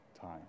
time